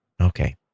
Okay